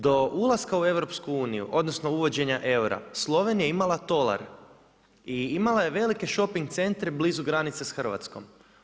Do ulaska u EU, odnosno uvođenja eura Slovenija je imala tolar i imala je velike šoping centre blizu granica sa Hrvatskom.